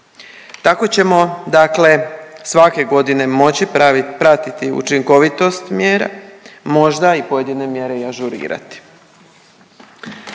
Tako ćemo svake godine moći pratiti učinkovitost mjere, možda pojedine mjere i ažurirati.